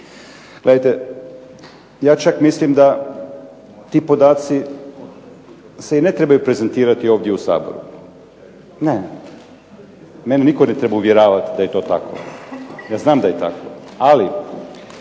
Gledajte, ja čak mislim da ti podaci se i ne trebaju prezentirati ovdje u Saboru. Ne. Mene nitko ne treba uvjeravati da je to tako, ja znam da je tako. Ali